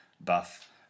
buff